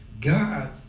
God